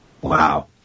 Wow